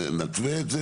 נתווה לזה,